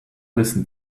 listen